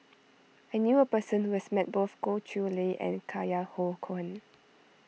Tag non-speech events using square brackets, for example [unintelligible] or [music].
I knew a person who has met both Goh Chiew Lye and [unintelligible] Cohen